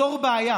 ליצור בעיה